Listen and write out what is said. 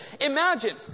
Imagine